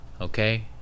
Okay